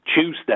Tuesday